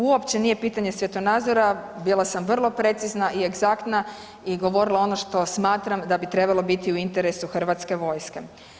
Uopće nije pitanje svjetonazora, bila sam vrlo precizna i egzaktna i govorila ono što smatram da bi trebalo biti u interesu Hrvatske vojske.